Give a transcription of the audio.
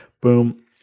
boom